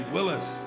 Willis